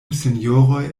sinjoroj